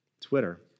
Twitter